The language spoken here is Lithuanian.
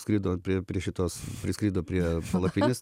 skrido prie šitos priskrido prie palapinės